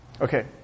Okay